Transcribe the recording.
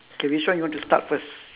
K which one you want to start first